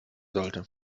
sollte